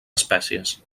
espècies